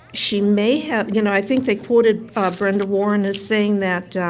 she may have you know, i think they quoted brenda warren as saying,